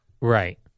Right